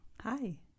hi